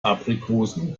aprikosen